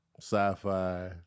sci-fi